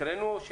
האם הקראנו?